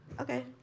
Okay